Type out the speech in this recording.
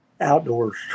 outdoors